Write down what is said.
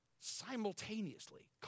simultaneously